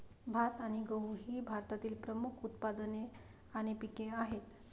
भात आणि गहू ही भारतातील प्रमुख उत्पादने आणि पिके आहेत